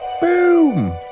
Boom